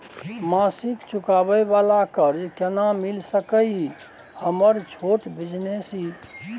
मासिक चुकाबै वाला कर्ज केना मिल सकै इ हमर छोट बिजनेस इ?